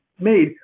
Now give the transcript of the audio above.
made